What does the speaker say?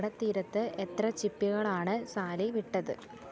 കടൽത്തീരത്ത് എത്ര ചിപ്പികളാണ് സാലി വിട്ടത്